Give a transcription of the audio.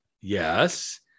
yes